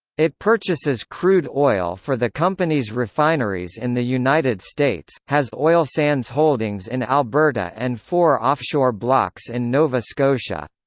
it purchases crude oil for the company's refineries in the united states, has oil sands holdings in alberta and four offshore blocks in nova scotia.